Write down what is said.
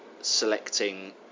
selecting